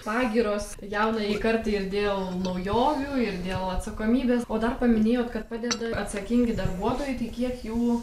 pagyros jaunajai kartai ir dėl naujovių ir dėl atsakomybės o dar paminėjot kad padeda atsakingi darbuotojai tai kiek jų